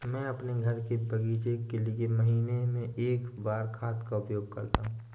मैं अपने घर के बगीचे के लिए महीने में एक बार खाद का उपयोग करता हूँ